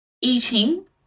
eating